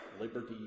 liberty